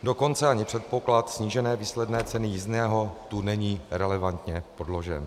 Dokonce ani předpoklad snížené výsledné ceny jízdného tu není relevantně podložen.